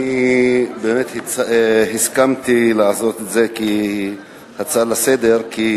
אני באמת הסכמתי לעשות את זה כהצעה לסדר-היום,